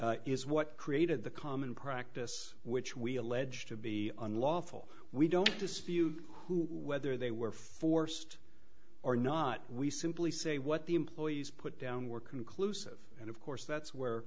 is what created the common practice which we allege to be unlawful we don't dispute who whether they were forced or not we simply say what the employees put down were conclusive and of course that's where